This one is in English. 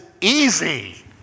easy